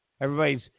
Everybody's